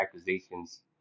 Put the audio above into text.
accusations